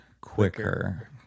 quicker